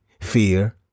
fear